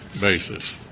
basis